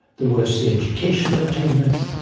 the worse the educational attainment,